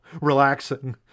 relaxing